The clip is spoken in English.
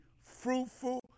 fruitful